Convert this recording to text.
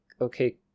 okay